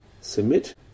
Submit